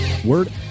Word